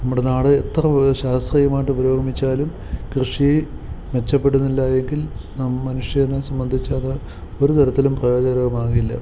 നമ്മുടെ നാട് എത്ര ശാസ്ത്രീയമായിട്ട് പുരോഗമിച്ചാലും കൃഷി മെച്ചപ്പെടുന്നില്ല എങ്കിൽ നാം മനുഷ്യനെ സംബന്ധിച്ച് അത് ഒരു തരത്തിലും പ്രയോജനകരമാകില്ല